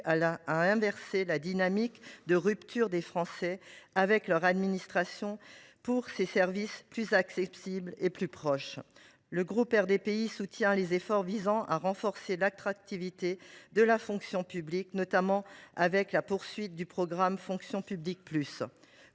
à inverser la dynamique de rupture des Français avec leur administration, pour des services plus accessibles et plus proches. Le groupe RDPI soutient les efforts visant à renforcer l’attractivité de la fonction publique, notamment avec la poursuite du programme « Fonction Publique +».